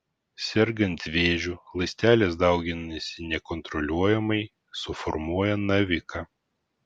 sergant vėžiu ląstelės dauginasi nekontroliuojamai suformuoja naviką